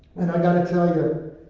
and i gotta tell ya,